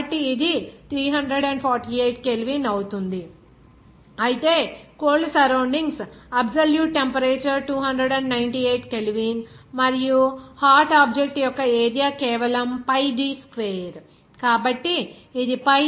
కాబట్టి ఇది 348 కెల్విన్ అవుతుంది అయితే cold surroundings absolute temperature 298 kelvin మరియు హాట్ ఆబ్జెక్ట్ యొక్క ఏరియా కేవలం పై డి స్క్వేర్ కాబట్టి ఇది pi ఇంటూ 0